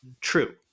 true